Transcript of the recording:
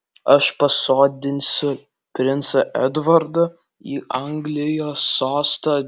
aš pasodinsiu princą edvardą į anglijos sostą